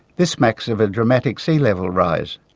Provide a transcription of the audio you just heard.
this smacks of a dramatic sea level rise.